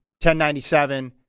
1097